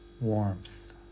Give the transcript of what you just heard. warmth